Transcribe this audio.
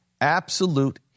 absolute